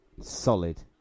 Solid